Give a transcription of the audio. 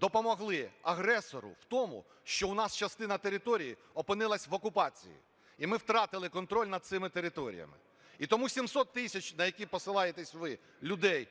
допомогли агресору в тому, що у нас частина території опинилась в окупації, і ми втратили контроль над цими територіями. І тому 700 тисяч, на які посилаєтесь ви, людей